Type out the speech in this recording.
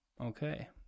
Okay